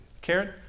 Karen